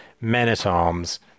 men-at-arms